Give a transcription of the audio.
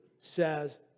says